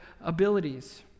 abilities